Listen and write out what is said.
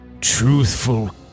truthful